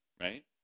right